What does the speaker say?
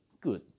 good